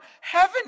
Heaven